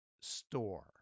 store